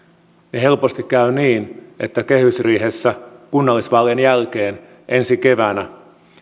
niin helposti käy niin että kehysriihessä kunnallisvaalien jälkeen ensi keväänä